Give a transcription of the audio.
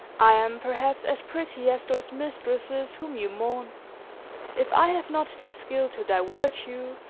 i am perhaps as pretty as those mistresses whom you mourn if i have not their skill to divert you,